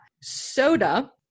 soda